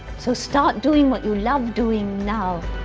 so start doing what you love doing now.